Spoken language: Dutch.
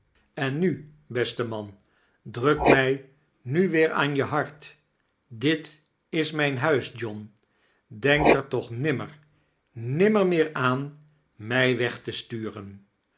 en nu beste man druk mij nu weer aan je hart dit is mijn huis john denk er toch nimmer nimmer meer aan mij weg te sturen